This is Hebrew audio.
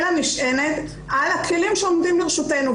אלא נשענת על הכלים שעומדים לרשותנו,